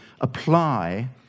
apply